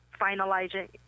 finalizing